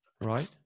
Right